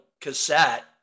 cassette